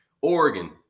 Oregon